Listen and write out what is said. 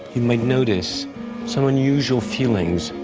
you may notice some unusual feelings,